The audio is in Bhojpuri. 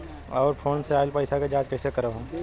और फोन से आईल पैसा के जांच कैसे करब हम?